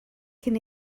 cyn